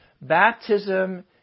baptism